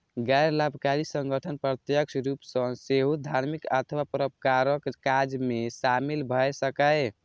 गैर लाभकारी संगठन प्रत्यक्ष रूप सं सेहो धार्मिक अथवा परोपकारक काज मे शामिल भए सकैए